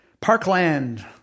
Parkland